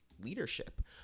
leadership